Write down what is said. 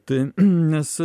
tai nes